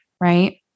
Right